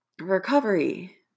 recovery